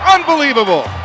Unbelievable